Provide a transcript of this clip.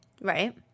right